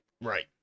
right